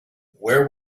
where